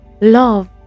love